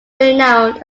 renowned